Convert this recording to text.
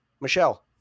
Michelle